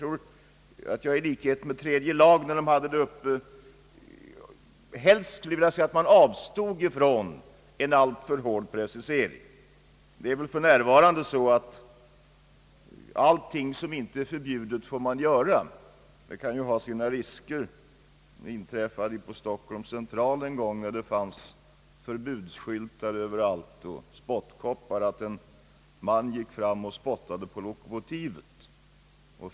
I likhet med tredje lagutskottet tror jag, att man bör avstå från en alltför hård precisering. För närvarande är det väl så, att allting som inte är förbjudet får man göra, och det kan ju ha sina risker. Det inträffade på Stockholms central, när det fanns förbudsskyltar så gott som överallt och det stod spottkoppar utplacerade här och var, att en man kom och spottade på lokomotivet.